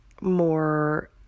more